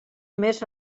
més